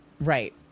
Right